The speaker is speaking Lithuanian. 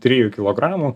trijų kilogramų